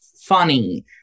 funny